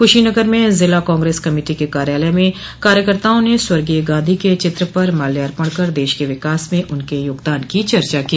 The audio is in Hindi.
कुशीनगर में जिला कांग्रेस कमेटी के कार्यालय में कार्यकर्ताओं ने स्वर्गीय गांधी के चित्र पर माल्यार्पण कर दश के विकास में उनके योगदान की चर्चा की